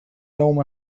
يوم